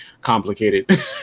complicated